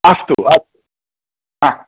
अस्तु अस्तु हा